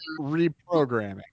reprogramming